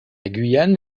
guyane